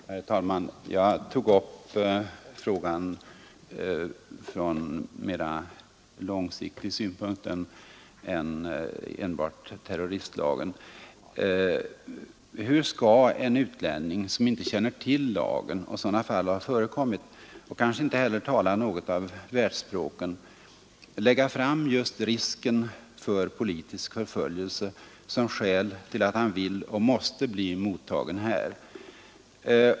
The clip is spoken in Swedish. Herr talman! Jag tog upp frågan mera från långsiktig synpunkt än med tanke på enbart terroristlagen. Hur skall en utlänning, som inte känner till lagen — sådana fall har förekommit — och kanske inte heller talar något av världsspråken, lägga fram just risken för politisk förföljelse i hemlandet som skäl till att han vill och måste bli mottagen här?